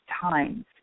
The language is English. times